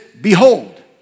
behold